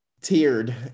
tiered